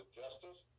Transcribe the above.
justice